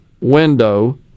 window